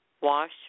Wash